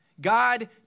God